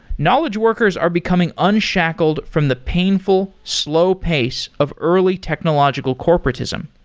knowledge workers are becoming unshackled from the painful, slow pace of early technological corporatism.